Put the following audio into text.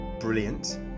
brilliant